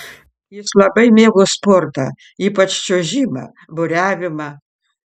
jis labai mėgo sportą ypač čiuožimą buriavimą